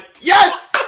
yes